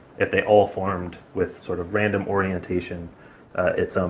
if they all formed with, sort of, random orientation its, um,